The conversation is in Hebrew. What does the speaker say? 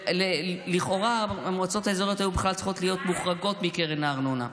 לכאורה המועצות האזורית היו בכלל צריכות להיות מוחרגות מקרן הארנונה.